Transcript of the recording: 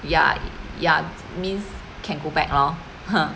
ya ya means can go back lor